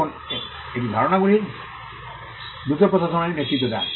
এখন এটি ধারণাগুলির দ্রুত প্রসারণে নেতৃত্ব দেয়